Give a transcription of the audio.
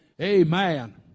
Amen